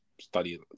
study